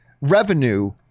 revenue